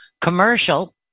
commercial